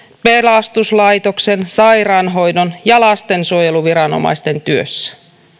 pelastuslaitoksen sairaanhoidon ja lastensuojeluviranomaisten työssä